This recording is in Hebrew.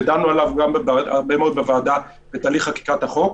ודנו עליו הרבה מאוד בוועדה בתהליך חקיקת החוק.